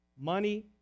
Money